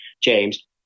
James